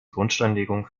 grundsteinlegung